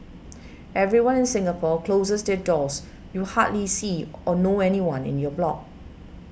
everyone in Singapore closes their doors you hardly see or know anyone in your block